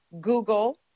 Google